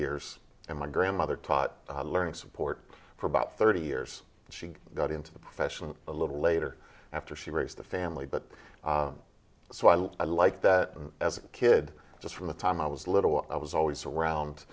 years and my grandmother taught learning support for about thirty years and she got into the profession a little later after she raised the family but so i look i like that as a kid just from the time i was little i was always around